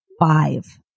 five